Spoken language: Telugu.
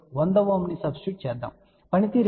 కాబట్టి పనితీరు ఏమిటో ఇప్పుడు చూద్దాం